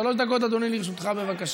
שלוש דקות, אדוני, לרשותך, בבקשה.